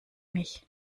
mich